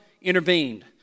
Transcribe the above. intervened